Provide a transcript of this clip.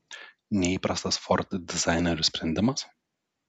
neįprastas ford dizainerių sprendimas